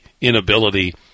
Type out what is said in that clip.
inability